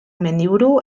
mendiburu